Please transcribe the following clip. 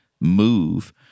move